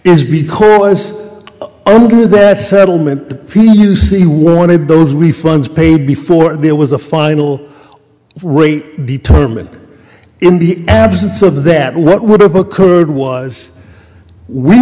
is because the best settlement he wanted those refunds paid before there was a final rate determined in the absence of that what would have occurred was we